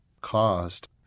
caused